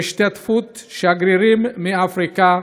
בהשתתפות שגרירים מאפריקה,